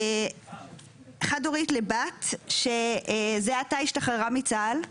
חד הורית לבת שזה עתה השתחררה מצה"ל,